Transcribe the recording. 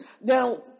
Now